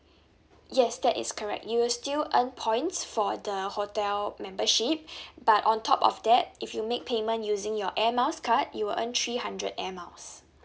yes that is correct you'll still earn points for the hotel membership but on top of that if you make payment using your air miles card you will earn three hundred air miles